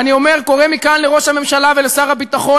ואני קורא מכאן לראש הממשלה ולשר הביטחון,